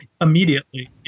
Immediately